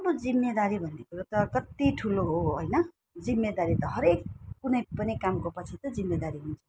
अब जिम्मेदारी भन्ने कुरा त कत्ति ठुलो हो हो होइन जिम्मेदारी त हरेक कुनै पनि कामको पछि त जिम्मेदारी हुन्छ